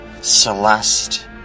Celeste